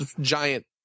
giant